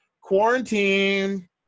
quarantine